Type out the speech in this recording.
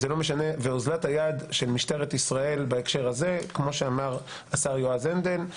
ואוזלת היד של משטרת ישראל בהקשר הזה כמו שאמר השר יועז הנדל.